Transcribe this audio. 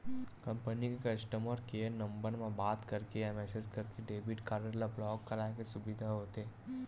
company के customer care number म बात करके या मेसेज करके डेबिट कारड ल ब्लॉक कराए के सुबिधा होथे